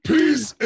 Peace